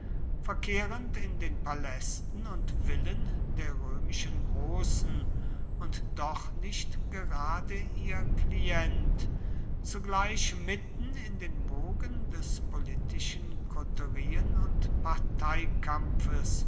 verkehrend in den palästen und villen der römischen großen und doch nicht gerade ihr klient zugleich mitten in den wogen des politischen koterien und